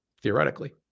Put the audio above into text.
theoretically